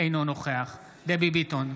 אינו נוכח דבי ביטון,